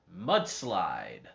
mudslide